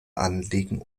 anliegen